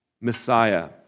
Messiah